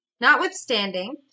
notwithstanding